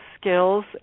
skills